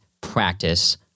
practice